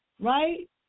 right